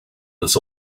this